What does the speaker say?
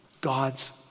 God's